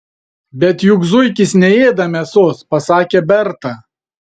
bet juk zuikis neėda mėsos pasakė berta